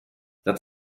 dat